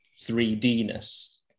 3D-ness